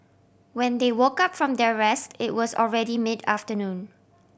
when they woke up from their rest it was already mid afternoon